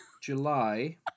July